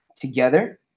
together